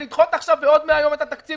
לדחות עכשיו בעוד 100 ימים את התקציב